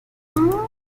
blasón